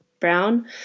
brown